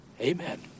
Amen